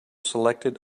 selected